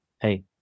hey